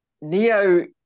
Neo